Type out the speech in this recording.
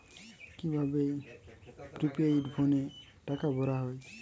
কি ভাবে প্রিপেইড ফোনে টাকা ভরা হয়?